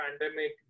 pandemic